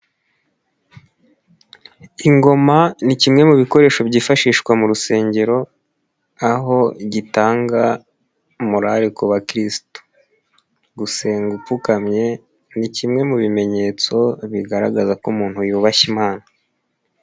Ingoma ni kimwe mu bikoresho byifashishwa mu rusengero aho gitanga morali ku bakirisitu, gusenga upfukamye ni kimwe mu bimenyetso bigaragaza ko umuntu yubashye Imana.